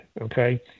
okay